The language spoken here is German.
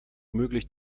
möglich